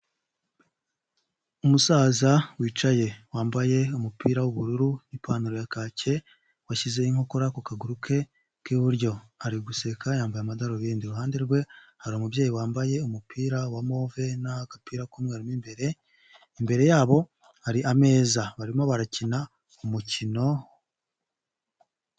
Umusaza wicaye wambaye umupira w'ubururu n'ipantaro ya kake washyize inkokora ku kaguru ke k'iburyo ari guseka yambaye amadarubindi, iruhande rwe hari umubyeyi wambaye umupira wa move n'agapira k'umweru imbere y'abo hari ameza barimo barakina. umukino